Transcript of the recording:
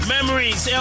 Memories